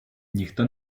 ніхто